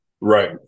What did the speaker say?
Right